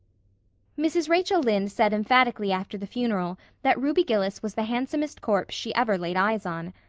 mrs. rachel lynde said emphatically after the funeral that ruby gillis was the handsomest corpse she ever laid eyes on.